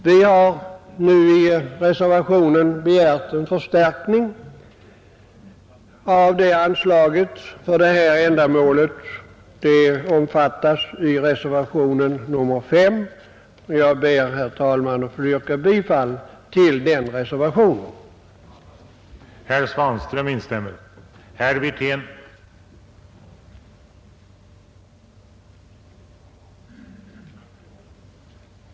Vi har i vår reservation begärt en förstärkning av anslaget för detta ändamål, och jag ber nu att få yrka bifall till reservationen 5.